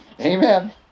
Amen